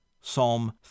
Psalm